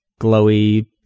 glowy